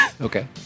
Okay